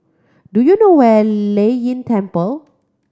do you know where Lei Yin Temple